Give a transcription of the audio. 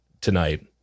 tonight